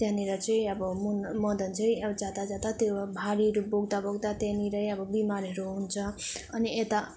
त्यहाँनिर चाहिँ अब मदन चाहिँ अब जाँदा जाँदा त्यो भारीहरू बोक्दाबोक्दै त्यहाँनिरै अब बिमारहरू हुन्छ अनि यता